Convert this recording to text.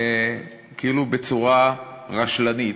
כאילו בצורה רשלנית,